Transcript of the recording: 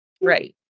Right